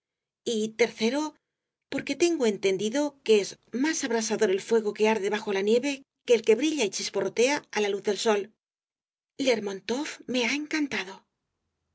y tercero porque tengo entendido que es más abrasador el fuego que arde bajo la nieve que el que brilla y chisporrotea á la luz del sol lermontof me ha encantado